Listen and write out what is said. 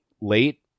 late